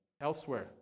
elsewhere